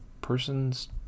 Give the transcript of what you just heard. person's